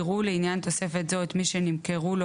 יראו לעניין תוספת זו את מי שנמכרו לו